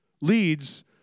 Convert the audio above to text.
leads